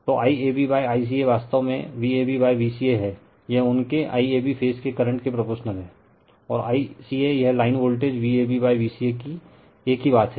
तो IAB ICA वास्तव में Vab Vca है यह उनके IAB फेज के करंट के प्रपोशनल है और ICA यह लाइन वोल्टेज Vab Vca कि एक ही बात है